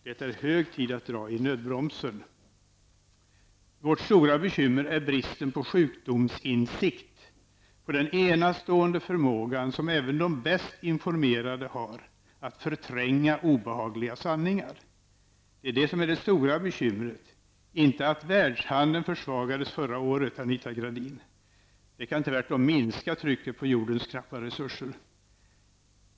Men det är hög tid att dra i nödbromsen. Vårt stora bekymmer är bristen på sjukdomsinsikt, på den enastående förmåga som även de bäst informerade har att förtränga obehagliga sanningar. Det är det som är det stora bekymret, inte att världshandeln försvagades förra året, Anita Gradin. Detta kan tvärtom minska trycket på jordens knappa resurser.